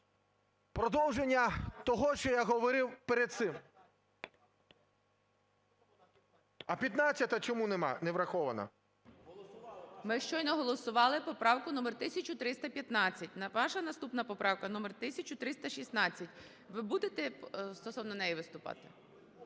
продовження того, що я говорив перед цим. А 15-ї чому нема, не врахована? ГОЛОВУЮЧИЙ. Ми щойно голосували поправку номер 1315, ваша наступна поправка 1316. Ви будете стосовно неї виступати?